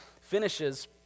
finishes